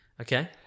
Okay